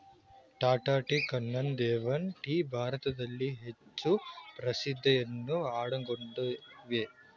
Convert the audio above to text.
Tata tea, Kannan Devan tea ಭಾರತದಲ್ಲಿ ಹೆಚ್ಚು ಪ್ರಸಿದ್ಧಿಯನ್ನು ಪಡಕೊಂಡಿವೆ